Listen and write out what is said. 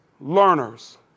learners